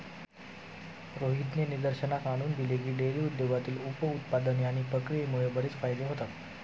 रोहितने निदर्शनास आणून दिले की, डेअरी उद्योगातील उप उत्पादने आणि प्रक्रियेमुळे बरेच फायदे होतात